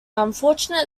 unfortunate